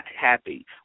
happy